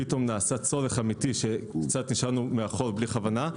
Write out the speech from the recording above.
פתאום נעשה צורך אמיתי שקצת נשארנו מאחור בלי כוונה.